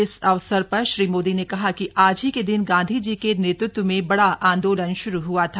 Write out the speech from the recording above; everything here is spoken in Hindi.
इस अवसर पर श्री मोदी ने कहा कि आज ही के दिन गांधी जी के नेत्रत्व में बड़ा आन्दोलन शुरू हुआ था